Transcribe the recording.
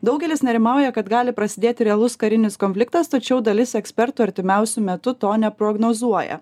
daugelis nerimauja kad gali prasidėti realus karinis konfliktas tačiau dalis ekspertų artimiausiu metu to neprognozuoja